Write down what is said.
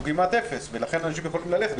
כמעט אפס ולכן אנשים יכולים ללכת אליהם.